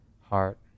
heart